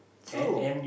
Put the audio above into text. true